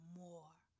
more